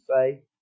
say